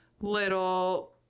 little